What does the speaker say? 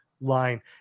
line